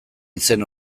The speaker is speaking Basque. izen